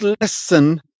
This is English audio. lesson